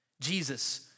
Jesus